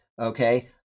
okay